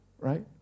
Right